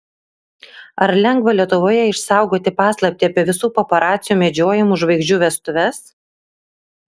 ar lengva lietuvoje išsaugoti paslaptį apie visų paparacių medžiojamų žvaigždžių vestuves